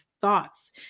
thoughts